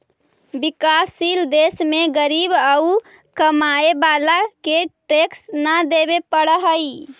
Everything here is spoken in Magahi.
विकासशील देश में गरीब औउर कमाए वाला के टैक्स न देवे पडऽ हई